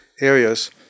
areas